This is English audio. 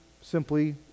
simply